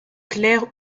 claires